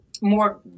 more